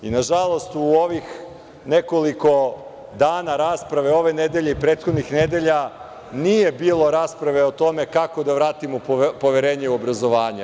Na žalost, u ovih nekoliko dana rasprave ove nedelje i prethodnih nedelja, nije bilo rasprave o tome kako da vratimo poverenje u obrazovanje.